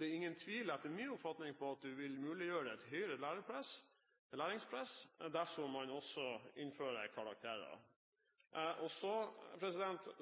Det er ingen tvil, etter min oppfatning, om at du vil muliggjøre et høyere læringspress dersom man også innfører karakterer.